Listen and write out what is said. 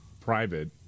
private